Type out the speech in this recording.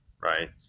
Right